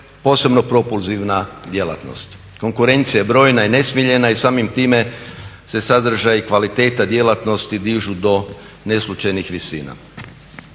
posebno propulzivna djelatnost. konkurencija je brojna i nesmiljena i samim time se sadržaj i kvaliteta djelatnosti dižu do neslućenih visina.